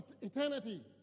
eternity